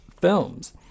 films